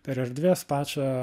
per erdvės pačią